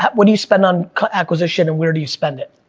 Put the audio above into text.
what do you spend on acquisition, and where do you spend it?